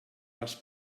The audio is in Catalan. les